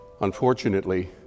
Unfortunately